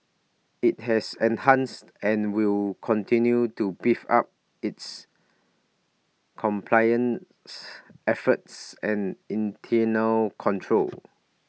IT has enhanced and will continue to beef up its compliance efforts and internal controls